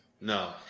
No